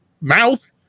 mouth